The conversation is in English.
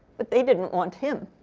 but they didn't want him.